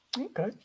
Okay